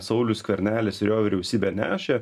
saulius skvernelis ir jo vyriausybė nešė